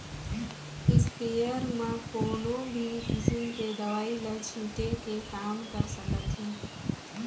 sprayer म कोनो भी किसम के दवई ल छिटे के काम कर सकत हे